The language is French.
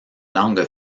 langue